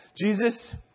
Jesus